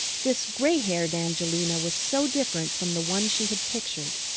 this gray-haired angelina was so different from the one she had pictured.